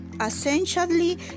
essentially